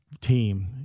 team